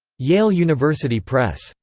yale university press.